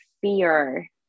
fear